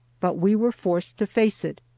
but we were forced to face it.